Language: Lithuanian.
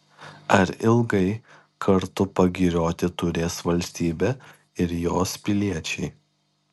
ar ilgai kartu pagirioti turės valstybė ir jos piliečiai